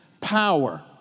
power